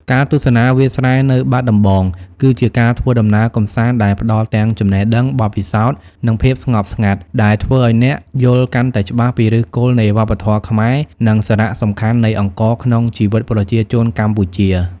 ការទស្សនាវាលស្រែនៅបាត់ដំបង គឺជាការធ្វើដំណើរកម្សាន្តដែលផ្ដល់ទាំងចំណេះដឹង បទពិសោធន៍ និងភាពស្ងប់ស្ងាត់ ដែលធ្វើឱ្យអ្នកយល់កាន់តែច្បាស់ពីឫសគល់នៃវប្បធម៌ខ្មែរ និងសារៈសំខាន់នៃអង្ករក្នុងជីវិតប្រជាជនកម្ពុជា ។